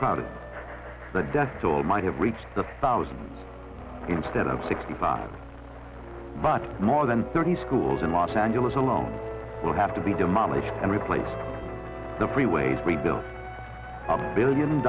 crowded the death toll might have reached the thousands instead of sixty five but more than thirty schools in los angeles alone will have to be demolished and replaced the freeways rebuilt a billion